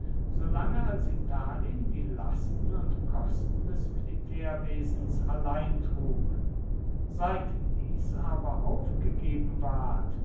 solange als italien die lasten und kosten des militärwesens allein trug seit dies aber aufgegeben ward